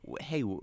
hey